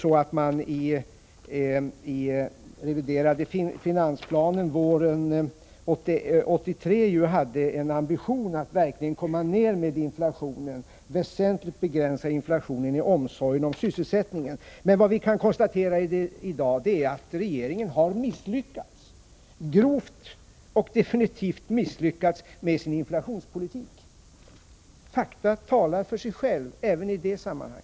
I den reviderade finansplanen våren 1983 hade man en ambition att rejält begränsa inflationen, i omsorg om sysselsättningen. Vad man kan konstatera i dag är att regeringen har misslyckats grovt med inflationsbekämpningen. Fakta talar för sig själva även i detta sammanhang.